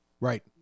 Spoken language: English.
right